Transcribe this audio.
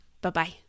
Bye-bye